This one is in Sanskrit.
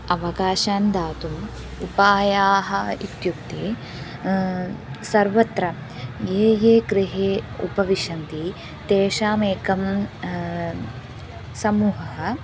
अवकाशान् दातुम् उपायाः इत्युक्ते सर्वत्र ये ये गृहे उपविशन्ति तेषामेकं समूहः